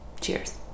Cheers